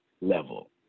level